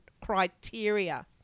criteria